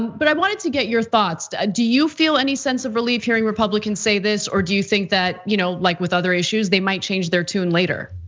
but i wanted to get your thoughts, do you feel any sense of relief hearing republicans say this, or do you think that, you know like with other issues, they might change their tune later?